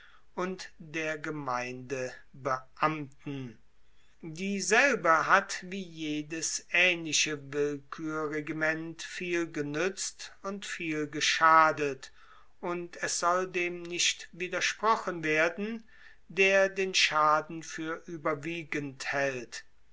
und der gemeindebeamten dieselbe hat wie jedes aehnliche willkuerregiment viel genuetzt und viel geschadet und es soll dem nicht widersprochen werden der den schaden fuer ueberwiegend haelt